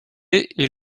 est